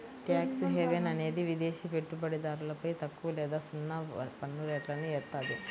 tax haven అనేది విదేశి పెట్టుబడిదారులపై తక్కువ లేదా సున్నా పన్నురేట్లను ఏత్తాది